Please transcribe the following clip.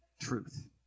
truth